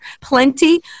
plenty